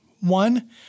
One